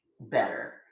better